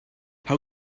how